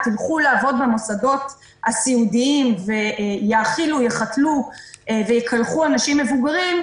ילכו לעבוד במוסדות הסיעודיים ויאכילו ויחתלו ויקלחו אנשים מבוגרים,